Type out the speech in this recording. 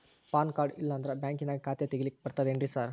PAN card ಇಲ್ಲಂದ್ರ ಬ್ಯಾಂಕಿನ್ಯಾಗ ಖಾತೆ ತೆಗೆಲಿಕ್ಕಿ ಬರ್ತಾದೇನ್ರಿ ಸಾರ್?